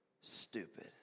stupid